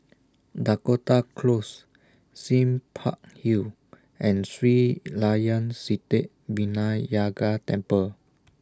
Dakota Close Sime Park Hill and Sri Layan Sithi Vinayagar Temple